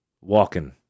walking